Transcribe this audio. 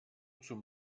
zum